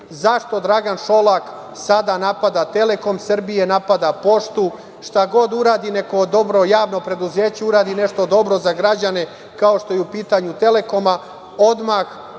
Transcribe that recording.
zašto Dragan Šolak sada napada „Telekom Srbije“, napada „Poštu“. Šta god uradi, neko dobro javno preduzeće uradi nešto dobro za građane, kao što je u pitanju „Telekom“, odmah